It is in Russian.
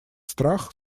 страх